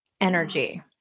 energy